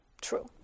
true